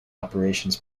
operations